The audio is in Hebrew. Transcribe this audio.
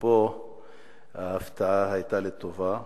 ופה ההפתעה היתה לטובה.